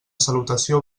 salutació